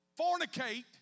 fornicate